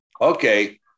Okay